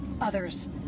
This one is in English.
others